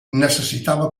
necessitava